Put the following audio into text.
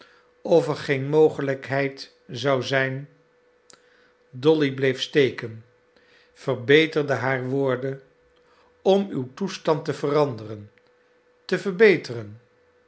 of er geen mogelijkheid zou zijn dolly bleef steken verbeterde haar woorden om uw toestand te veranderen te verbeteren